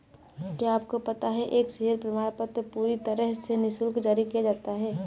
क्या आपको पता है एक शेयर प्रमाणपत्र पूरी तरह से निशुल्क जारी किया जाता है?